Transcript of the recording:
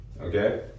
okay